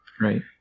Right